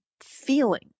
feeling